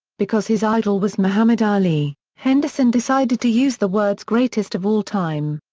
because his idol was muhammad ali, henderson decided to use the words greatest of all time.